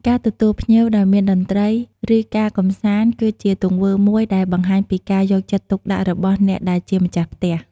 ការទទួលភ្ញៀវដោយមានតន្ត្រី ឬ ការកំសាន្តគឺជាទង្វើមួយដែលបង្ហាញពីការយកចិត្តទុកដាក់របស់អ្នកដែលជាម្ចាស់ផ្ទះ។